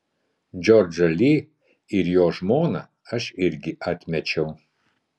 džordžą li ir jo žmoną aš irgi atmečiau